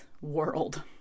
world